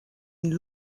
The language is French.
une